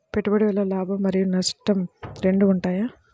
పెట్టుబడి వల్ల లాభం మరియు నష్టం రెండు ఉంటాయా?